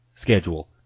Schedule